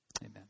amen